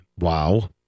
Wow